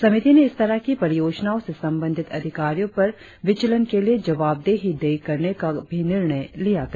समिति ने इस तरह की परियोजनाओं से संबंधित अधिकारियों पर विचलन के लिए जवाबदेही तय करने का भी निर्णय लिया गया